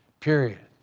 period.